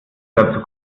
dazu